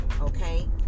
okay